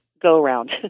go-around